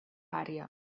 àrea